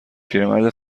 پیرمرد